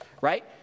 right